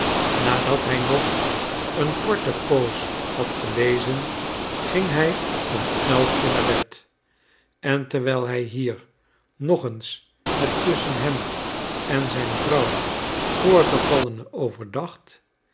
nadat hij nog een korte poos had gelezen ging hij om elf uur naar bed en terwijl hij hier nog eens het tusschen hem en zijn vrouw voorgevallene overdacht